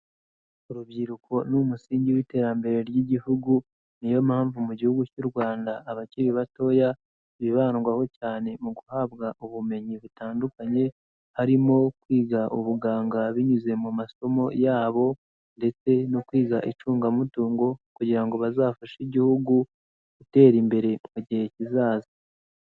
Urubyiruko ni umusingi w'iterambere ry'igihugu, niyo mpamvu mu gihugu cy'u Rwanda abakiri batoya, bibandwaho cyane mu guhabwa ubumenyi butandukanye, harimo kwiga ubuganga binyuze mu masomo yabo ndetse no kwiga icungamutungo kugira ngo bazafashe igihugu gutera imbere mu gihe kizaza.